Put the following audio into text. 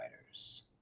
fighters